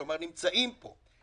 כלומר, נמצאים פה.